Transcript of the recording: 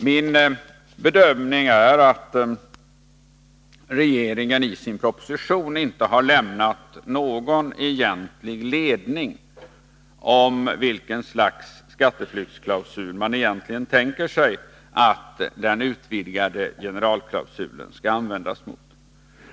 Min bedömning är att regeringen i sin proposition inte har lämnat någon egentlig ledning som säger mot vilket slags skatteflykt man egentligen tänker sig att den utvidgade generalklausulen skall användas.